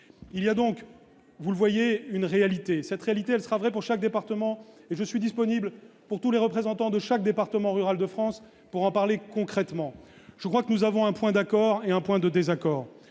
il y a donc vous le voyez, une réalité cette réalité, elle sera vrai pour chaque département et je suis disponible pour tous les représentants de chaque département rural de France pour en parler concrètement, je crois que nous avons un point d'accord et un point de désaccord,